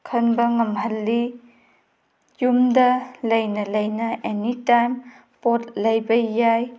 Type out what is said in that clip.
ꯈꯟꯕ ꯉꯝꯍꯜꯂꯤ ꯌꯨꯝꯗ ꯂꯩꯅ ꯂꯩꯅ ꯑꯦꯅꯤ ꯇꯥꯏꯝ ꯄꯣꯠ ꯂꯩꯕ ꯌꯥꯏ